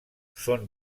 són